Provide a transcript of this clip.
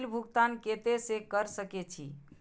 Bill भुगतान केते से कर सके छी?